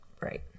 Right